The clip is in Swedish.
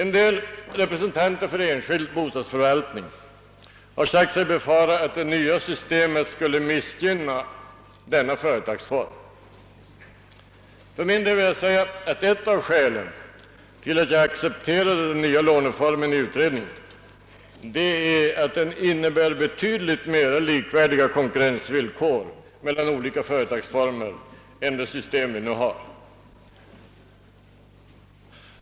Några representanter för enskild bostadsförvaltning har sagt sig befara att det nya systemet skulle missgynna denna företagsform. För min del vill jag säga att ett av skälen till att jag accepterade den nya låneformen i utredningen var att den innebar betydligt mer likvärdiga konkurrensvillkor mellan olika företagsformer än det system vi nu har.